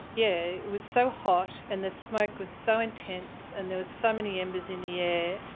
yeah was so hot and the smoke was so intense and there was so many embers in the air.